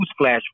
Newsflash